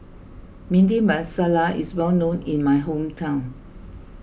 Bhindi Masala is well known in my hometown